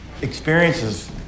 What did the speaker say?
experiences